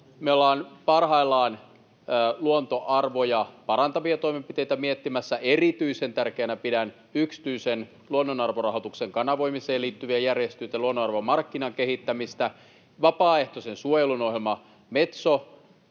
me ollaan parhaillaan luontoarvoja parantavia toimenpiteitä miettimässä. Erityisen tärkeänä pidän yksityisen luonnonarvorahoituksen kanavoimiseen liittyviä järjestelyjä ja luonnonarvomarkkinan kehittämistä. Vapaaehtoisen suojelun ohjelma Metso